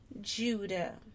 Judah